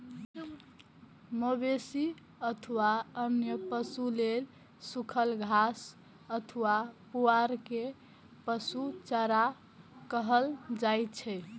मवेशी अथवा अन्य पशु लेल सूखल घास अथवा पुआर कें पशु चारा कहल जाइ छै